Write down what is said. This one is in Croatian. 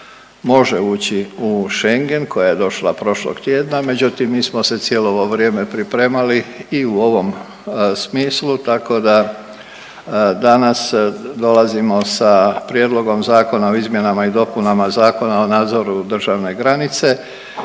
može ući u Schengen, koja je došla prošlog tjedna, međutim mi smo se cijelo ovo vrijeme pripremali i u ovom smislu, tako da danas dolazimo sa Prijedlogom zakona o izmjenama i dopunama Zakona o nadzoru državne granice